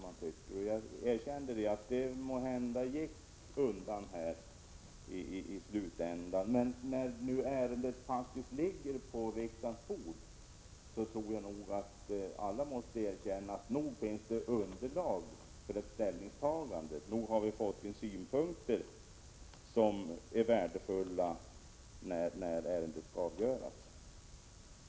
Jag erkänner att det måhända gick undan i slutänden, men när ärendet nu faktiskt ligger på riksdagens bord, måste väl alla erkänna att nog finns det underlag för ett ställningstagande. Nog har vi fått synpunkter som är värdefulla när ärendet skall avgöras!